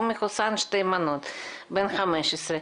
הוא מחוסן שתי מנות, בן 15,